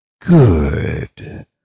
good